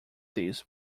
this